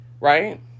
right